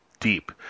deep